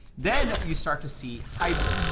then you start to see hybrid.